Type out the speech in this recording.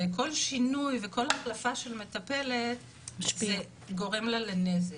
אז כל שינוי וכל החלפה של מטפלת גורמים לה לנזק,